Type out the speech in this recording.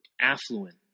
affluent